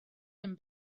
him